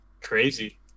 crazy